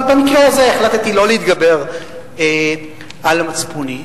אבל במקרה הזה החלטתי לא להתגבר על מצפוני.